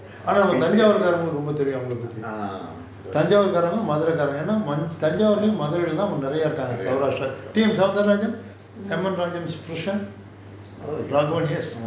ஆனா நெறய இருகாங்கனு தெரியும் அவங்கள பத்தி:aanaa neraya irukaanganu teriyum avangala pathi tanjavur காரங்க:kaaranga madurai காரங்க என்ன:kaaranga enna tanjavur ருல அப்புறம்:rula appuram madurai leh தான் அதிகம் இருகாங்க:thaan athigam irukaanga sauhrastrians T N soundarajan tamilrajan